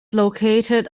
located